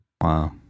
Wow